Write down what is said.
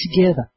together